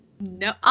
No